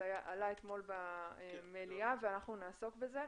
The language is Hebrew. זה עלה אתמול במליאה ואנחנו נעסוק בזה,